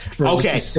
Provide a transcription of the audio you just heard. Okay